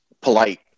polite